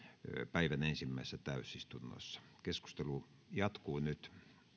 päivän ensimmäisessä täysistunnossa keskustelu jatkuu nyt